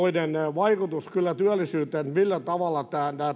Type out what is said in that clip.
vaikutus työllisyyteen millä tavalla